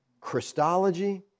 Christology